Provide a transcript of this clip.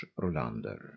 Rolander